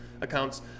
accounts